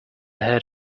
heard